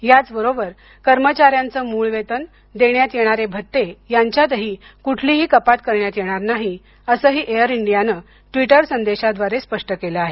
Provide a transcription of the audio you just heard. याच बरोबर कर्मचाऱ्यांचं मुळ वेतन देण्यात येणारे भत्ते यांच्यातही कुठलीही कपात करण्यात येणार नाही असं ही एयर इंडियानं ट्विटर संदेशाद्वारे स्पष्ट केलं आहे